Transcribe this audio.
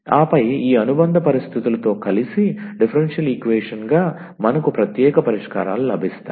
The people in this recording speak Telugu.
ఆపై ఈ అనుబంధ పరిస్థితులతో కలిసి డిఫరెన్షియల్ ఈక్వేషన్ గా మనకు ప్రత్యేక పరిష్కారాలు లభిస్తాయి